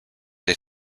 did